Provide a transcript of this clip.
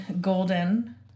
golden